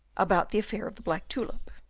about the affair of the black tulip.